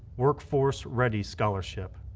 workforce ready scholarship.